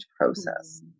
process